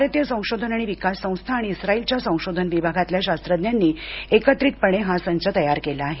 भारतीय संशोधन आणि विकास संस्था आणि इस्राईलच्या संशोधन विभागातल्या शास्त्रज्ञानी एकत्रितपणे हा संच तयार केला आहे